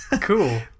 Cool